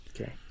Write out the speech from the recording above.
Okay